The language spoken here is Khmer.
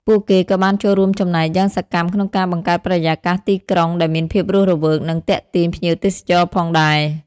ពួកគេក៏បានចូលរួមចំណែកយ៉ាងសកម្មក្នុងការបង្កើតបរិយាកាសទីក្រុងដែលមានភាពរស់រវើក និងទាក់ទាញភ្ញៀវទេសចរណ៍ផងដែរ ។